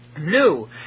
New